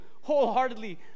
wholeheartedly